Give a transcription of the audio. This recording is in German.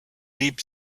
deep